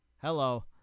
Hello